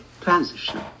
transition